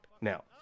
now